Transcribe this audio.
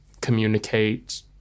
communicate